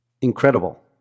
Incredible